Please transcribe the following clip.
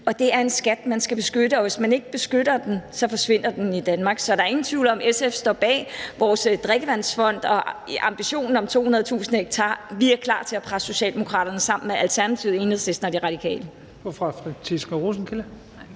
og det er en skat, man skal beskytte, og hvis man ikke beskytter den, forsvinder den i Danmark. Så der er ingen tvivl om, at SF står bag vores drikkevandsfond og ambitionen om 200.000 ha; vi er klar til at presse Socialdemokraterne sammen med Alternativet, Enhedslisten og De Radikale.